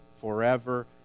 forever